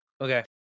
okay